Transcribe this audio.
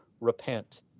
Repent